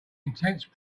intense